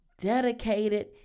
dedicated